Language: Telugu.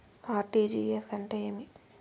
ఆర్.టి.జి.ఎస్ అంటే ఏమి?